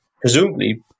presumably